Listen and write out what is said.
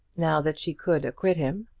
now that she could acquit him,